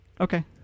Okay